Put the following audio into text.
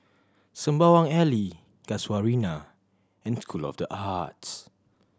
Sembawang Alley Casuarina and School of The Arts